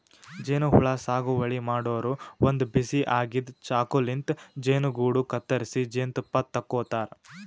ಜೇನಹುಳ ಸಾಗುವಳಿ ಮಾಡೋರು ಒಂದ್ ಬಿಸಿ ಆಗಿದ್ದ್ ಚಾಕುಲಿಂತ್ ಜೇನುಗೂಡು ಕತ್ತರಿಸಿ ಜೇನ್ತುಪ್ಪ ತಕ್ಕೋತಾರ್